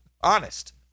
Honest